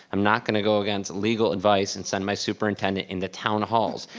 i'm not gonna go against legal advice and send my superintendent into town halls.